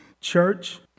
church